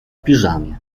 piżamie